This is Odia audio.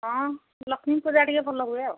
ହଁ ଲକ୍ଷ୍ମୀ ପୂଜା ଟିକେ ଭଲ ହୁଏ ଆଉ